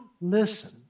listen